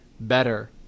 better